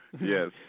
Yes